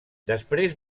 després